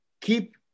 keep